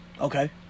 Okay